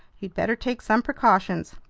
you'd better take some precautions!